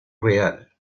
real